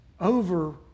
over